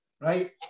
Right